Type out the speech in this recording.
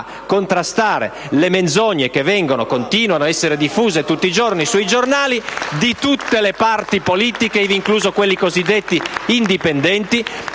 contrastare le menzogne che continuano ad essere diffuse tutti i giorni sui giornali, di tutte le parti politiche, ivi inclusi quelli cosiddetti indipendenti,